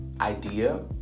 idea